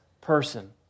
person